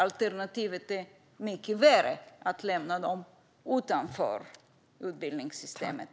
Alternativet är mycket värre: att lämna dem utanför utbildningssystemet.